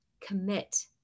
commit